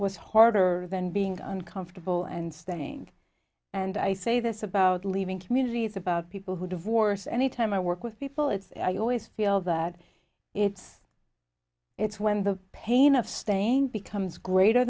was harder than being uncomfortable and staying and i say this about leaving communities about people who divorce anytime i work with people it's i always feel that it's it's when the pain of staying becomes greater